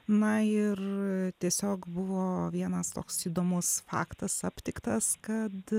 na ir tiesiog buvo vienas toks įdomus faktas aptiktas kad